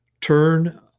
turn